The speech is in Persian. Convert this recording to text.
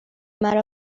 مرا